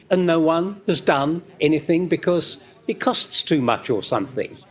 and no one has done anything because it costs too much or something.